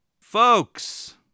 Folks